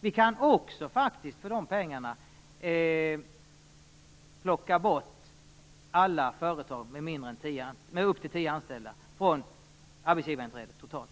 Vi kan faktiskt också för dessa pengar helt undanta alla företag med högst tio anställda från arbetsgivarinträdet.